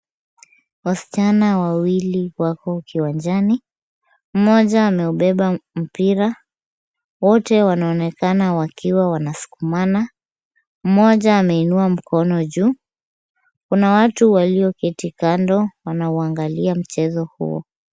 Wasichana wawili wako kiwanjani, mmoja ameubeba mpira, wote wanaonekana wakiwa wanasukumana, mmoja ameinua mkono juu, kuna watu walioketi kando, wanauangalia mchezo huo.